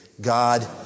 God